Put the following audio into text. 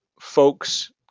folks